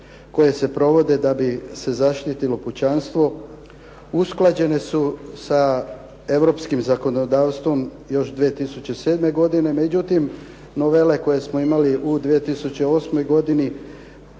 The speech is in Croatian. koje se provode da bi se zaštitilo kućanstvo usklađene su sa europskim zakonodavstvom još 2007. godine. Međutim, novele koje smo imali u 2008. godini